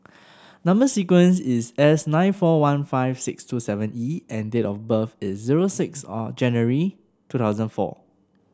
number sequence is S nine four one five six two seven E and date of birth is zero six or January two thousand four